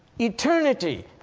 eternity